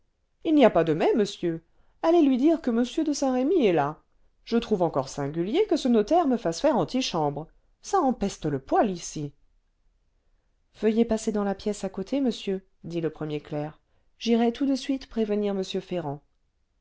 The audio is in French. il n'y a pas de mais monsieur allez lui dire que m de saint-remy est là je trouve encore singulier que ce notaire me fasse faire antichambre ça empeste le poêle ici veuillez passer dans la pièce à côté monsieur dit le premier clerc j'irai tout de suite prévenir m ferrand